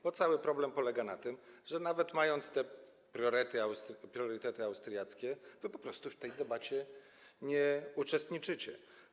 Bo problem polega na tym, że nawet mając te priorytety austriackie, wy po prostu w tej debacie nie uczestniczycie.